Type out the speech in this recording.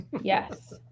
Yes